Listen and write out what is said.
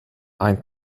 ein